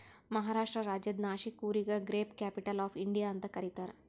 ಮಹಾರಾಷ್ಟ್ರ ರಾಜ್ಯದ್ ನಾಶಿಕ್ ಊರಿಗ grape capital of India ಅಂತ್ ಕರಿತಾರ್